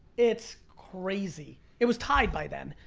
it's crazy. it was tied by then,